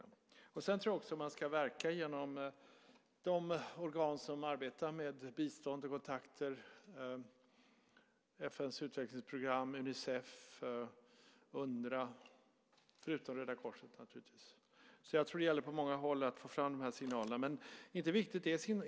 Jag tror vidare att man ska verka genom de organ som arbetar med bistånd och kontakter - FN:s utvecklingsprogram, Unicef, Unrwa - förutom naturligtvis Röda Korset. Det gäller att få fram signalerna från många håll.